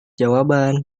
jawaban